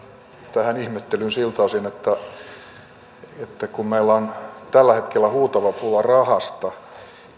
tähän ihmettelyyn siltä osin että kun meillä on tällä hetkellä huutava pula rahasta